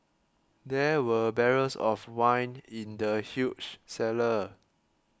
there were barrels of wine in the huge cellar